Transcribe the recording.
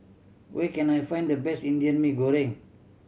where can I find the best Indian Mee Goreng